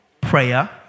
prayer